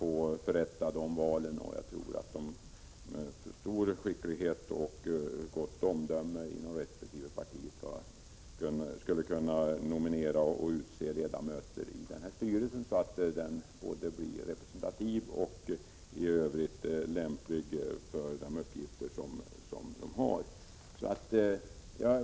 Jag tror att företrädarna för de resp. partierna med stor skicklighet och gott omdöme skulle kunna nominera och utse ledamöter i styrelserna så att de blev både representativa och även i övrigt lämpliga för de uppgifter de har att utföra.